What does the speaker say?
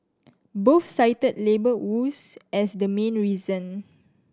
both cited labour woes as the main reason